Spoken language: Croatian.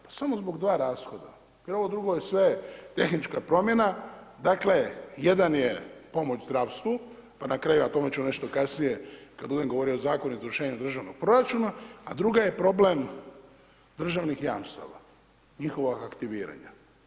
Pa samo zbog 2 rashoda, jer ovo drugo je sve tehnička promjena, dakle, jedan je pomoć zdravstvu pa na kraju, a o tome ću nešto kasnije kad budem govorio o Zakonu izvršenja državnog proračuna, a druga je problem državnih jamstava, njihovog aktiviranja.